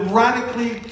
radically